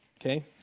okay